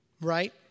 Right